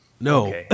No